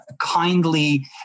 kindly